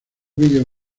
vídeo